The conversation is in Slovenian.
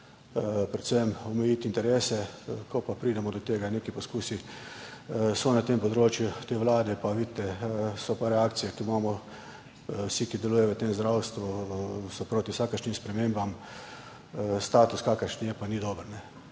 Predvsem omejiti interese. Ko pridemo do tega, neki poskusi te vlade so na tem področju, pa vidite, so pa reakcije, ki jih imamo, vsi, ki delujejo v tem zdravstvu, so proti vsakršnim spremembam, status, kakršen je, pa ni dober.